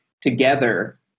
together